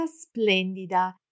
splendida